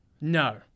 No